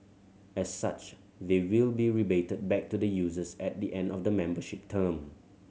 as such they will be rebated back to the users at the end of the membership term